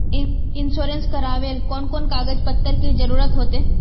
Insurance करावेल कोन कोन कागज पत्र की जरूरत होते?